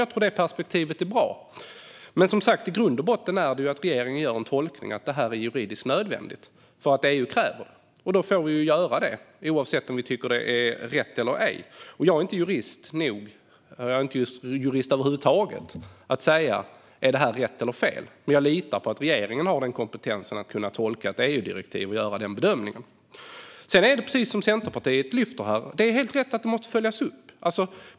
Jag tror att det perspektivet är bra. I grund och botten gör som sagt regeringen den tolkningen att EU kräver detta och att det därför är juridiskt nödvändigt. Då får vi göra det oavsett om vi tycker att det är rätt eller ej. Jag är inte jurist och kan därför inte säga att det här är rätt eller fel, men jag litar på att regeringen har kompetensen att kunna tolka ett EU-direktiv och göra den bedömningen. Sedan är det precis som Centerpartiet lyfter här, nämligen att detta måste följas upp.